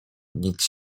nic